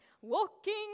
walking